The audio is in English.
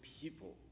people